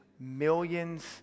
Millions